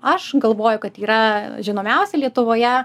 aš galvoju kad yra žinomiausia lietuvoje